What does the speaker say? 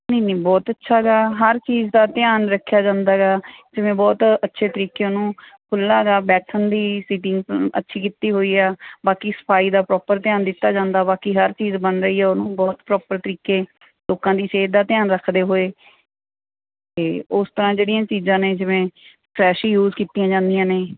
ਨਹੀਂ ਨਹੀਂ ਬਹੁਤ ਅੱਛਾ ਹੈਗਾ ਹਰ ਚੀਜ਼ ਦਾ ਧਿਆਨ ਰੱਖਿਆ ਜਾਂਦਾ ਗਾ ਜਿਵੇਂ ਬਹੁਤ ਅੱਛੇ ਤਰੀਕੇ ਉਹਨੂੰ ਖੁੱਲ੍ਹਾ ਗਾ ਬੈਠਣ ਦੀ ਸਿਟਿੰਗ ਅੱਛੀ ਕੀਤੀ ਹੋਈ ਆ ਬਾਕੀ ਸਫ਼ਾਈ ਦਾ ਪ੍ਰੋਪਰ ਧਿਆਨ ਦਿੱਤਾ ਜਾਂਦਾ ਵਾ ਕਿ ਹਰ ਚੀਜ਼ ਬਣ ਰਹੀ ਹੈ ਉਹਨੂੰ ਬਹੁਤ ਪ੍ਰੋਪਰ ਤਰੀਕੇ ਲੋਕਾਂ ਦੀ ਸਿਹਤ ਦਾ ਧਿਆਨ ਰੱਖਦੇ ਹੋਏ ਅਤੇ ਉਸ ਤਰ੍ਹਾਂ ਜਿਹੜੀਆਂ ਚੀਜ਼ਾਂ ਨੇ ਜਿਵੇਂ ਫਰੈੱਸ਼ ਹੀ ਯੂਜ ਕੀਤੀਆਂ ਜਾਂਦੀਆਂ ਨੇ